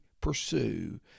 pursue